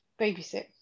babysit